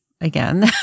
Again